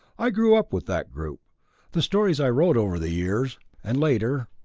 i grew up with that group the stories i wrote over the years, and, later,